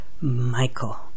Michael